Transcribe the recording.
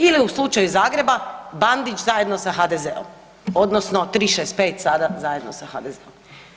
Ili u slučaju Zagreba Bandić zajedno sa HDZ-om, odnosno 365 sada zajedno sa HDZ-om.